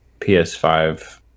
PS5